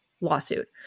lawsuit